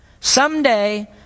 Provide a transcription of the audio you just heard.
Someday